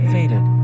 Faded